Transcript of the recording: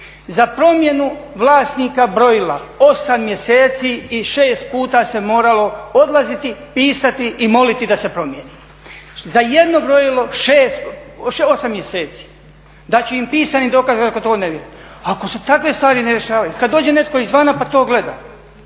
Za promjenu vlasnika brojila 8 mjeseci i 6 puta se moralo odlaziti, pisati i moliti da se promijeni. Za jedno brojilo 8 mjeseci. Dati ću im pisani dokaz ako to ne vjeruju. Ako se takve stvari ne rješavaju kada dođe netko izvana pa to gleda.